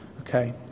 Okay